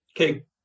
okay